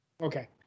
Okay